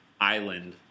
island